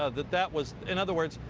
ah that that was in other words.